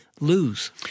lose